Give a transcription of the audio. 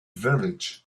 village